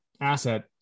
asset